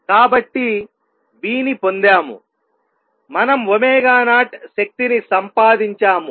కాబట్టి v ని పొందాము మనం 0 శక్తిని సంపాదించాము